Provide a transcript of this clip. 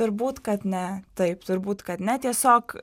turbūt kad ne taip turbūt kad ne tiesiog